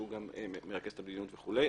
שהיא גם מרכזת את הדיון וכולי.